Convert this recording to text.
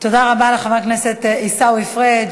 תודה רבה לחבר הכנסת עיסאווי פריג'.